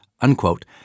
unquote